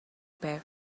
байв